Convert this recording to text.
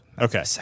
Okay